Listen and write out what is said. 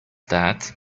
that